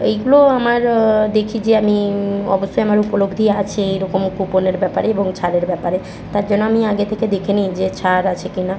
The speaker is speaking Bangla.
এইগুলোও আমার দেখি যে আমি অবশ্যই আমার উপলব্ধি আছে এরকম কুপনের ব্যাপারে এবং ছাড়ের ব্যাপারে তার জন্য আমি আগে থেকে দেখে নিই যে ছাড় আছে কি না